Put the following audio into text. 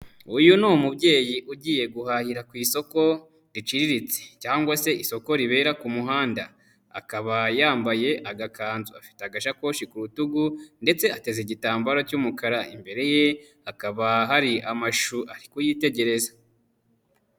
Uyu ni umubyeyi ugiye guhahira ku isoko riciriritse cyangwa se isoko ribera ku muhanda, akaba yambaye agakanzu, afite agasakoshi ku rutugu ndetse ateza igitambaro cy'umukara, imbereye hakaba hari amashu akaba ari kuyitegereza.